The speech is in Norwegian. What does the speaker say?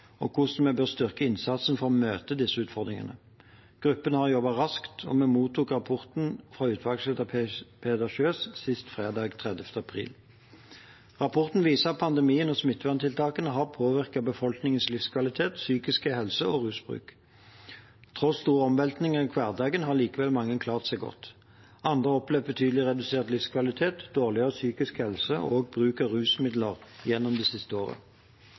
og hvordan vi bør styrke innsatsen for å møte disse utfordringene. Gruppen har jobbet raskt, og vi mottok rapporten fra utvalgsleder Peder Kjøs sist fredag, 30. april. Rapporten viser at pandemien og smitteverntiltakene har påvirket befolkningens livskvalitet, psykiske helse og rusbruk. Tross store omveltninger i hverdagen har likevel mange klart seg godt. Andre har opplevd betydelig redusert livskvalitet, dårligere psykisk helse og økt bruk av rusmidler gjennom det siste året.